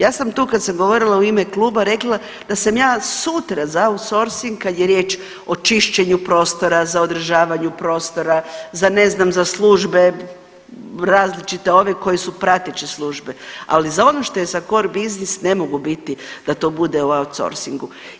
Ja sam tu kad sam govorila u ime kluba rekla da sam ja sutra za outsourcing kad je riječ o čišćenju prostora, za održavanju prostora, za ne znam za službe različite ove koje su prateće službe, ali za ono što je za core bussines ne mogu biti da to bude u outsourcingu.